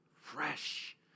fresh